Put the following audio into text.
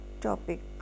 topic